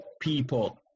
people